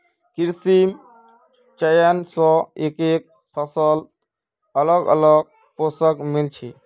कृत्रिम चयन स एकके फसलत अलग अलग पोषण मिल छे